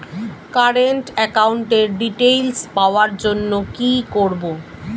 Current একাউন্টের details পাওয়ার জন্য কি করব?